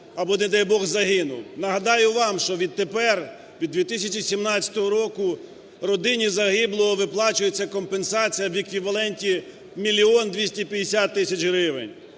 Нагадаю вам, що відтепер, від 2017 року родині загиблого виплачується компенсація в еквіваленті мільйон 250 тисяч